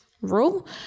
rule